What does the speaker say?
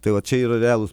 tai vat čia yra realūs